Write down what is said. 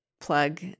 plug